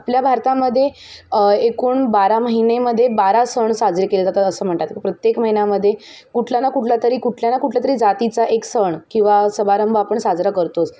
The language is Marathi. आपल्या भारतामध्ये एकूण बारा महिनेमदे बारा सण साजरे केले जातात असं म्हणतात प्रत्येक महिन्यामध्ये कुठल्या ना कुठल्यातरी कुठल्या ना कुठल्यातरी जातीचा एक सण किंवा समारंभ आपण साजरा करतोच